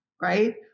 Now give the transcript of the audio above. right